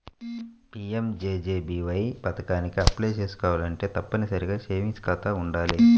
PMJJBY పథకానికి apply చేసుకోవాలంటే తప్పనిసరిగా సేవింగ్స్ ఖాతా వుండాలి